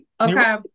Okay